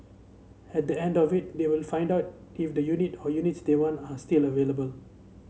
at the end of it they will find out if the unit or units they want are still available